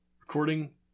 Recording